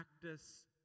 Practice